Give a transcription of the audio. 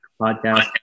podcast